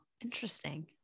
interesting